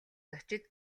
зочид